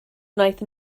wnaeth